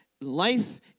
Life